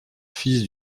fils